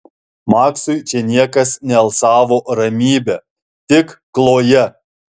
maksui čia niekas nealsavo ramybe tik kloja